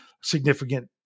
significant